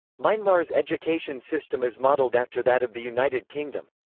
myanmar's education system is modelled after that of the united kingdom.